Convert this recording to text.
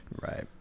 right